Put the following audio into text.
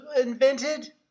invented